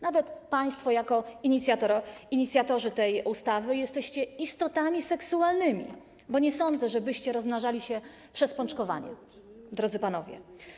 Nawet państwo jako inicjatorzy tej ustawy jesteście istotami seksualnymi, bo nie sądzę, żebyście rozmnażali się przez pączkowanie, drodzy panowie.